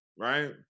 right